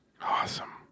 Awesome